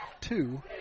two